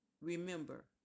Remember